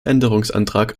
änderungsantrag